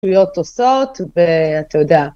שטויות עושות ותודה.